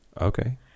Okay